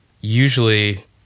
usually